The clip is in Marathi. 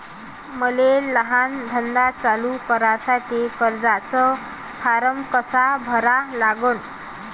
मले लहान धंदा चालू करासाठी कर्जाचा फारम कसा भरा लागन?